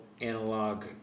analog